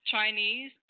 Chinese